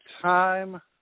time